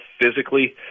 physically